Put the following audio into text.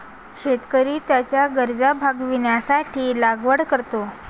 शेतकरी त्याच्या गरजा भागविण्यासाठी लागवड करतो